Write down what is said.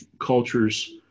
cultures